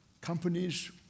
companies